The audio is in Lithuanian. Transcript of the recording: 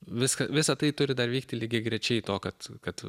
viską visa tai turi vykti lygiagrečiai to kad kad